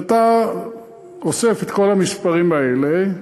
כשאתה אוסף את כל המספרים האלה,